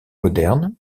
moderne